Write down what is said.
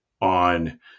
on